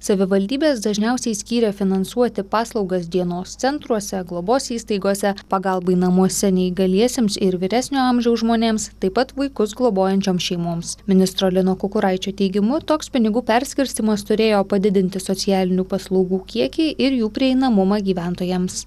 savivaldybės dažniausiai skyrė finansuoti paslaugas dienos centruose globos įstaigose pagalbai namuose neįgaliesiems ir vyresnio amžiaus žmonėms taip pat vaikus globojančioms šeimoms ministro lino kukuraičio teigimu toks pinigų perskirstymas turėjo padidinti socialinių paslaugų kiekį ir jų prieinamumą gyventojams